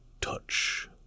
touch